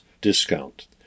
discount